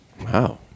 Wow